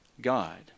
God